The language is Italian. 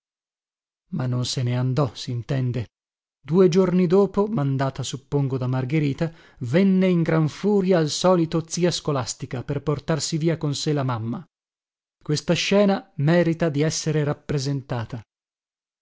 ma non se ne andò sintende due giorni dopo mandata suppongo da margherita venne in gran furia al solito zia scolastica per portarsi via con sé la mamma questa scena merita di essere rappresentata